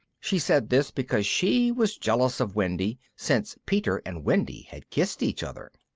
she said this because she was jealous of wendy, since peter and wendy had kissed each other.